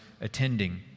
attending